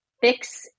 fix